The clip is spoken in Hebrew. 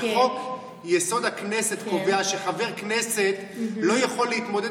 כי חוק-יסוד: הכנסת קובע שחבר כנסת לא יכול להתמודד